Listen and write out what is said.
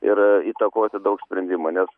ir įtakoti daug sprendimų nes